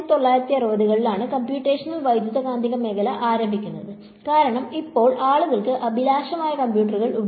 1960 കളിലാണ് കമ്പ്യൂട്ടേഷണൽ വൈദ്യുതകാന്തിക മേഖല ആരംഭിക്കുന്നത് കാരണം ഇപ്പോൾ ആളുകൾക്ക് അഭിലാഷമായ കമ്പ്യൂട്ടറുകൾ ഉണ്ട്